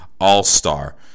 All-Star